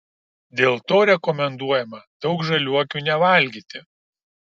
dėl to rekomenduojama daug žaliuokių nevalgyti